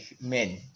men